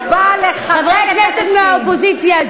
חברי הכנסת מהאופוזיציה,